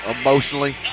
emotionally